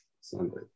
Sunday